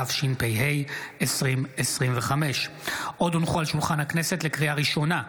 התשפ"ה 2025. לקריאה ראשונה,